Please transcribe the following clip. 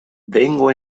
vengo